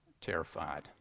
terrified